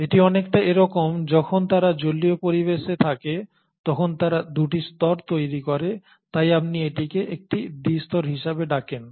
এটি অনেকটা এরকম যখন তারা জলীয় পরিবেশে থাকে তখন তারা 2টি স্তর তৈরি করে তাই আপনি এটিকে একটি দ্বি স্তর হিসাবে ডাকেন